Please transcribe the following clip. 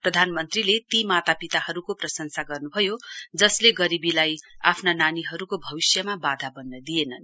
प्रधानमन्त्रीले ती मातापिताहरुको प्रशंसा गर्नुभयो जसले गरीबीलाई आफ्ना नानीहरुको भविष्यमा बाधा बन्न दिएनन्